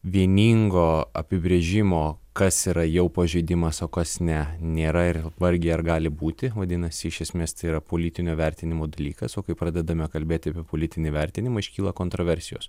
vieningo apibrėžimo kas yra jau pažeidimas o kas ne nėra ir vargiai ar gali būti vadinasi iš esmės tai yra politinio vertinimo dalykas o kai pradedame kalbėti apie politinį vertinimą iškyla kontroversijos